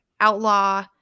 outlaw